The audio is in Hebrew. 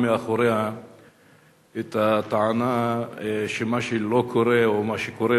מאחוריה את הטענה שמה שלא קורה או מה שקורה